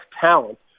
talent